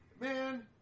man